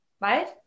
right